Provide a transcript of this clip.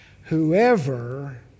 Whoever